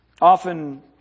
often